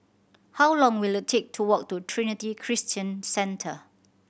how long will it take to walk to Trinity Christian Centre